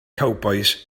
cowbois